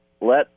let